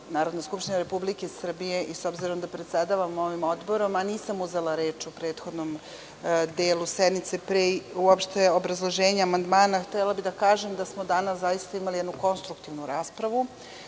Narodne skupštine Republike Srbije i s obzirom da predsedavam ovim odborom, a nisam uzela reč u prethodnom delu sednice, pre obrazloženja amandmana, htela bih da kažem da smo danas zaista imali jednu konstruktivnu raspravu,